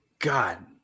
God